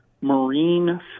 Marine